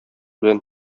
белән